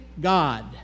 God